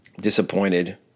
disappointed